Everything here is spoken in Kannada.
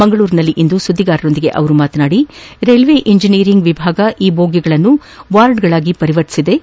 ಮಂಗಳೂರಿನಲ್ಲಿಂದು ಸುದ್ಗಿಗಾರರೊಂದಿಗೆ ಮಾತನಾಡಿದ ಅವರು ರೈಲ್ವೆ ಇಂಜಿನಿಯರಿಂಗ್ ವಿಭಾಗವು ಈ ಬೋಗಿಗಳನ್ನು ವಾರ್ಡ್ಗಳಾಗಿ ಪರಿವರ್ತಿಸಿದ್ದು